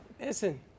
Listen